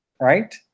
right